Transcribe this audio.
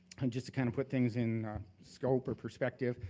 um just to kinda put things in scope or perspective.